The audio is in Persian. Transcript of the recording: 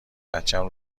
بچم